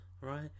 Right